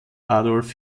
adolf